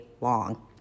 long